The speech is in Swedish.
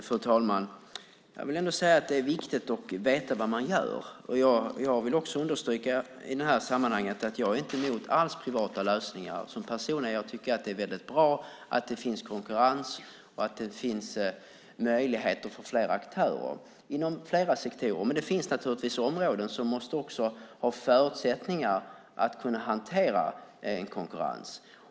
Fru talman! Jag vill ändå säga att det är viktigt att veta vad man gör. Jag vill också understryka i det här sammanhanget att jag som person inte alls är emot privata lösningar. Jag tycker att det är bra att det finns konkurrens och att det finns möjligheter för flera aktörer inom flera sektorer. Men det finns naturligtvis områden som måste ha förutsättningar att hantera konkurrens.